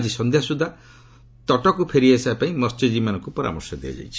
ଆକି ସନ୍ଧ୍ୟାସୁଦ୍ଧା ତଟକୁ ଫେରିଆସିବାପାଇଁ ମସ୍ୟଜୀବୀମାନଙ୍କୁ ପରାମର୍ଶ ଦିଆଯାଇଛି